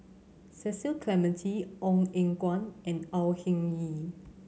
Cecil Clementi Ong Eng Guan and Au Hing Yee